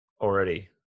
already